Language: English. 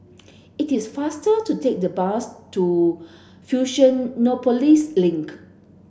it is faster to take the bus to Fusionopolis Link